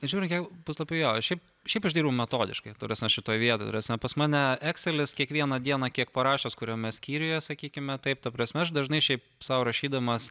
žiūrint kiek puslapių jo šiaip šiaip aš dariau metodiškai ta prasme šitoj vietoj ta prasme pas mane ekselis kiekvieną dieną kiek parašęs kuriame skyriuje sakykime taip ta prasme aš dažnai šiaip sau rašydamas